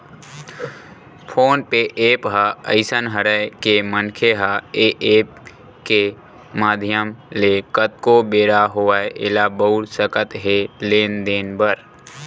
phone पे app ह अइसन हरय के मनखे ह ऐ ऐप के माधियम ले कतको बेरा होवय ऐला बउर सकत हे लेन देन बर